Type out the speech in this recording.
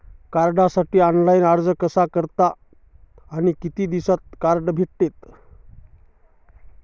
कार्डसाठी ऑनलाइन अर्ज कसा करतात आणि किती दिवसांत कार्ड भेटते?